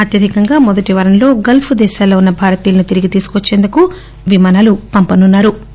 అత్యధికంగా మొదటి వారంలో గల్ప్ దేశాల్లో ఉన్న భారతీయులను తిరిగి తీసుకువచ్చేందుకు విమానాలు పంపనున్నా రు